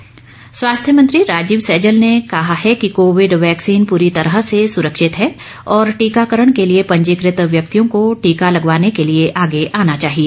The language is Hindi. सैजल स्वास्थ्य मंत्री राजीव सैजल ने कहा है कि कोविड वैक्सीन पूरी तरह से सुरक्षित है और टीकाकरण के लिए पंजीकृत व्यक्तियों को टीकाकरण करवाने के लिए आगे आना चाहिए